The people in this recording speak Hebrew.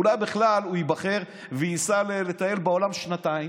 אולי בכלל הוא ייבחר וייסע לטייל בעולם שנתיים?